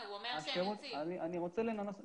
השירות הזה יצא